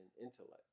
intellect